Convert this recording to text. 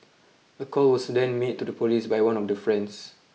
a call was then made to the police by one of the friends